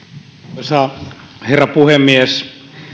arvoisa herra puhemies